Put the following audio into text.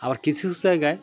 আবার কিছু জায়গায়